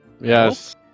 Yes